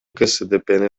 ксдпны